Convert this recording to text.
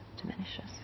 diminishes